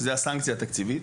שזה הסנקציה התקציבית,